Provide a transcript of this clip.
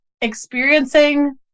experiencing